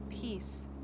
peace